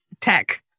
tech